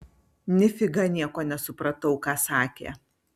nifiga nieko nesupratau ką sakė